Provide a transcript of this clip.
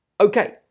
Okay